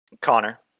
Connor